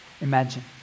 imagine